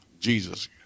Jesus